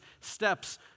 steps